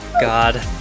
god